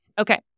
Okay